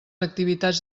activitats